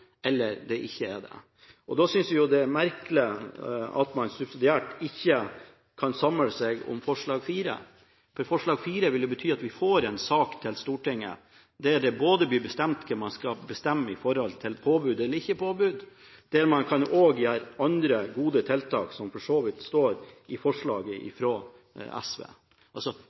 Da synes vi det er merkelig at man subsidiært ikke kan samle seg om forslag nr. 4, for forslag nr. 4 ville bety at vi får en sak til Stortinget om hva man skal bestemme om påbud eller ikke påbud, og der man også kan komme med andre gode tiltak, som for så vidt står i forslaget fra SV.